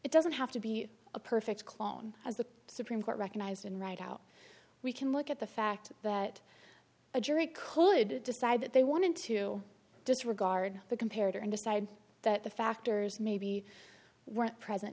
it doesn't have to be a perfect clone as the supreme court recognized and right out we can look at the fact that a jury could decide that they wanted to disregard the compared and decide that the factors maybe weren't present